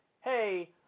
hey